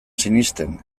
sinesten